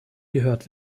gehört